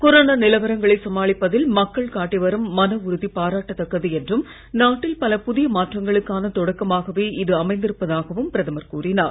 corona நிலவரங்களை சமாளிப்பதில் மக்கள் காட்டி வரும் மன உறுதி பாராட்டத்தக்கது என்றும் நாட்டில் பல புதிய மாற்றங்களுக்கான தொடக்கமாகவே இது அமைந்திருப்பதாகவும் பிரதமர் கூறினார்